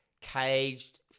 caged